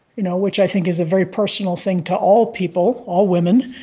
you know, which i think is a very personal thing to all people, all women,